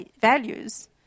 values